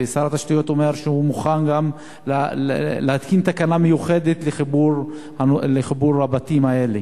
ושר התשתיות אמר שהוא מוכן גם להתקין תקנה מיוחדת לחיבור הבתים האלה.